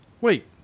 wait